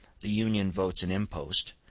the union votes an impost,